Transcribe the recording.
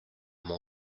mon